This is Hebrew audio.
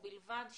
ובלבד,